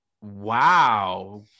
Wow